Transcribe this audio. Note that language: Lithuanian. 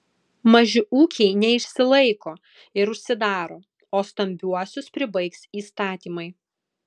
maži ūkiai neišsilaiko ir užsidaro o stambiuosius pribaigs įstatymai